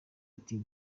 ati